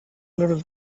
little